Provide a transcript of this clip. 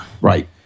Right